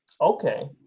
Okay